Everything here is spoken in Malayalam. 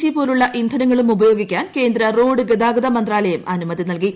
ജി പോലുള്ള ഇന്ധനങ്ങളും ഉപയോഗിക്കാൻ കേന്ദ്ര റ്റോഡ് ഗതാഗതമന്ത്രാലയം അനുമതി നൽകി